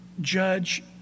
judge